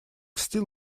still